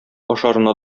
ашарына